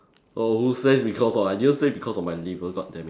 oh who says because of I didn't say because of my liver god damn it